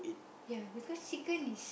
ya because chicken is